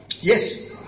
Yes